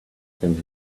can